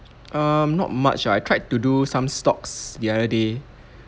um not much ah I tried to do some stocks the other day